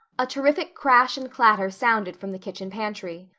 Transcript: a terrific crash and clatter sounded from the kitchen pantry.